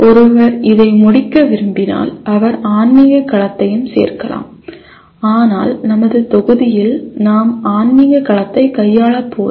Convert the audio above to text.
ஒருவர் இதை முடிக்க விரும்பினால் அவர் ஆன்மீக களத்தையும் சேர்க்கலாம் ஆனால் நமது தொகுதியில் நாம் ஆன்மீக களத்தை கையாளப் போவதில்லை